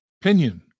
Pinion